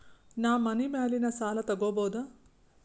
ನಾ ಮನಿ ಮ್ಯಾಲಿನ ಸಾಲ ತಗೋಬಹುದಾ?